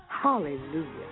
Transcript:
Hallelujah